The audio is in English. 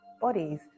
bodies